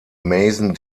mason